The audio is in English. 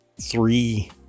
three